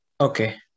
Okay